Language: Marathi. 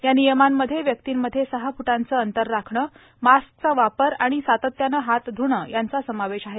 या नियमांमध्ये व्यक्तींमध्ये सहा फ्टांचे अंतर राखणे मास्कचा वापर आणि सातत्याने हात ध्णे यांचा समावेश आहे